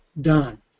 done